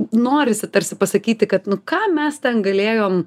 norisi tarsi pasakyti kad nu ką mes ten galėjom